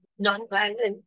Nonviolent